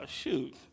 shoot